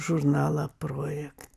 žurnalą projekt